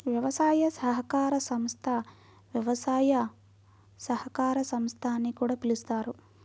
వ్యవసాయ సహకార సంస్థ, వ్యవసాయ సహకార సంస్థ అని కూడా పిలుస్తారు